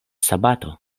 sabato